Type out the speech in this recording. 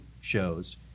shows